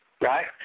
right